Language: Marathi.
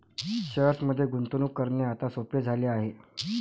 शेअर्समध्ये गुंतवणूक करणे आता सोपे झाले आहे